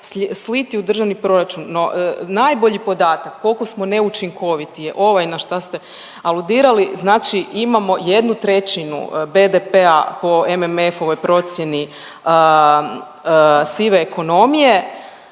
sliti u državni proračun. No najbolji podatak koliko smo neučinkoviti je ovaj na šta ste aludirali. Znači imamo jednu trećinu BDP-a po MMF-ovoj procjeni sive ekonomije,